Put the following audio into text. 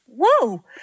whoa